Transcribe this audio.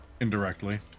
indirectly